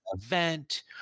event